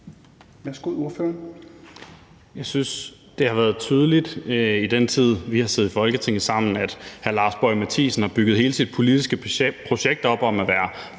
Carl Valentin (SF): Jeg synes, det har været tydeligt, i den tid vi har siddet i Folketinget sammen, at hr. Lars Boje Mathiesen har bygget hele sit politiske projekt op om at være